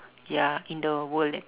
ya in the world eh